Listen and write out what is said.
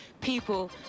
people